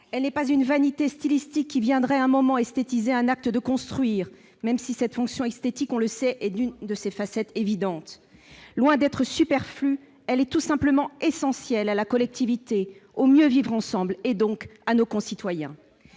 n'est pas une vanité stylistique qui viendrait, à un moment, esthétiser un acte de construire, même si cette fonction esthétique, on le sait, est l'une de ses facettes évidentes. Loin d'être superflue, elle est tout simplement essentielle à la collectivité, au mieux vivre ensemble, et donc à nos concitoyens.